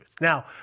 now